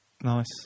Nice